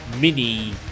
mini